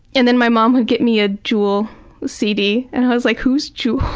and then my mom would get me a jewel cd. and i was like who's jewel?